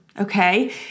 okay